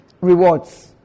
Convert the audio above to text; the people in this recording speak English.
rewards